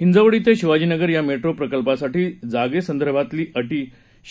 हिंजवडी ते शिवाजीनगर या मेट्रो प्रकल्पासाठी जागेसंदर्भातील अटी